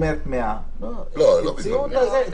היא אומרת